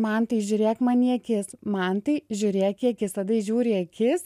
mantai žiūrėk man į akis mantai žiūrėk į akis tada jis žiūri į akis